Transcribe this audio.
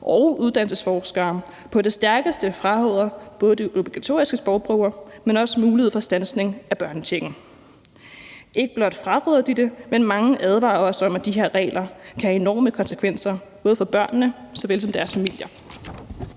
og uddannelsesforskere, på det stærkeste fraråder både de obligatoriske sprogprøver, men også mulighed for standsning af børnechecken. De ikke blot fraråder det, men mange advarer også om, at de her regler kan have enorme konsekvenser, både for børnene såvel som for deres familier.